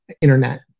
internet